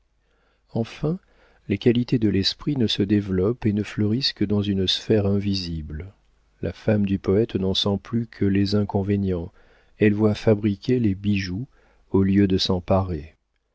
enfin les qualités de l'esprit ne se développent et ne fleurissent que dans une sphère invisible la femme du poëte n'en sent plus que les inconvénients elle voit fabriquer les bijoux au lieu de s'en